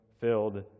filled